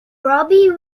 robbie